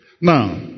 Now